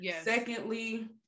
secondly